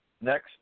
Next